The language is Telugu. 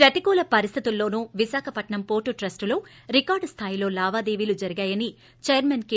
ప్రతికూల పరిస్థితులలోనూ విశాఖపట్సం పోర్టు ట్రస్ట్ లో రికార్డు స్థాయిలో లావాదేవీలు జరిగాయని చైర్కన్ కె